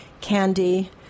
candy